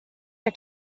der